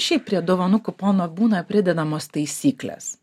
šiaip prie dovanų kupono būna pridedamos taisyklės